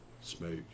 smoke